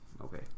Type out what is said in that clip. Okay